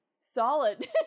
Solid